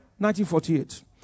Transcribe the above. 1948